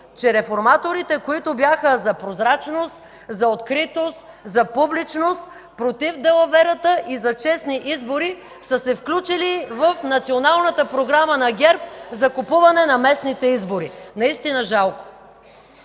че реформаторите, които бяха за прозрачност, за откритост, за публичност, против далаверата и за честни избори, са се включили в националната програма на ГЕРБ за купуване на местните избори. Наистина жалко!